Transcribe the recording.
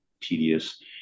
tedious